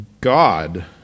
God